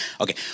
Okay